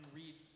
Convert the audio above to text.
read